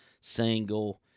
single